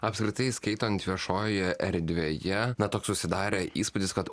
apskritai skaitant viešojoje erdvėje na toks susidarė įspūdis kad